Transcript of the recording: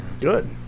Good